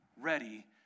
ready